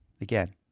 Again